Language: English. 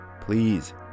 Please